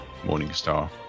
Morningstar